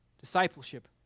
Discipleship